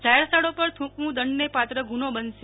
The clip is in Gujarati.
જાહેર સ્થળો પર થૂકવું દંડને પાત્ર ગુનો બનશે